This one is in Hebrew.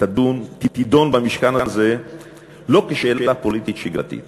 תידון במשכן הזה לא כשאלה פוליטית שגרתית